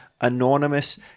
anonymous